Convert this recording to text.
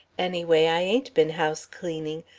anyway, i ain't been house cleaning.